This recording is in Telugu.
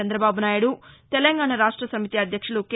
చందబాబునాయుడు తెలంగాణ రాష్ట సమితి అధ్యక్షుడు కె